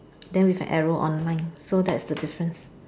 then with an arrow online so that's the difference